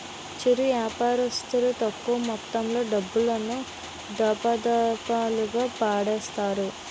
చిరు వ్యాపారస్తులు తక్కువ మొత్తంలో డబ్బులను, దఫాదఫాలుగా పెడతారు